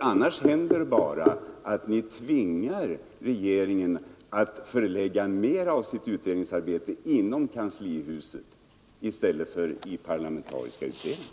annars händer det bara att man tvingar regeringen att förlägga mera av sitt utredningsarbete inom kanslihuset i stället för i parlamentariska utredningar.